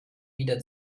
wieder